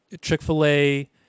Chick-fil-A